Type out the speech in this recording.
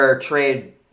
trade